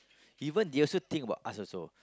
even they're also think about us also